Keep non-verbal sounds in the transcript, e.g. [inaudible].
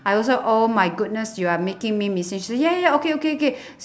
I also oh my goodness you are making me missing she said ya okay okay okay [breath]